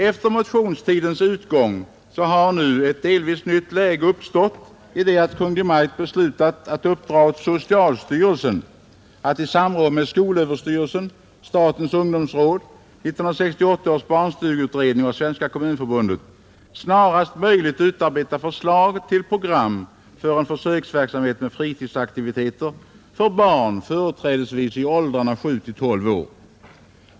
Efter motionstidens utgång har nu ett delvis nytt läge uppstått, i det att Kungl. Maj:t beslutat att uppdra åt socialstyrelsen att i samråd med skolöverstyrelsen, statens ungdomsråd, 1968 års barnstugeutredning och Svenska kommunförbundet snarast möjligt utarbeta förslag till program för en försöksverksamhet med fritidsaktiviteter för barn, företrädesvis i åldrarna sju—tolv år.